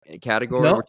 Category